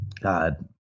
God